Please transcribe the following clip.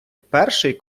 перший